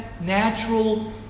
natural